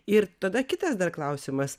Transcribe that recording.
ir tada kitas dar klausimas